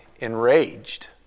enraged